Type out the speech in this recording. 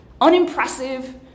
unimpressive